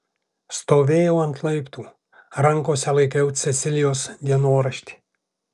stovėjau ant laiptų rankose laikiau cecilijos dienoraštį